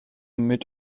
mit